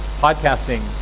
podcasting